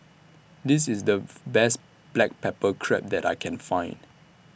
This IS The Best Black Pepper Crab that I Can Find